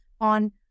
on